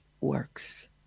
works